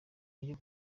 ryo